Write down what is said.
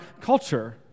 culture